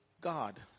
God